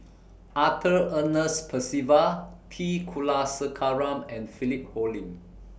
Arthur Ernest Percival T Kulasekaram and Philip Hoalim